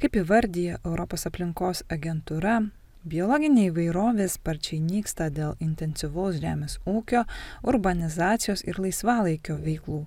kaip įvardija europos aplinkos agentūra biologinė įvairovė sparčiai nyksta dėl intensyvaus žemės ūkio urbanizacijos ir laisvalaikio veiklų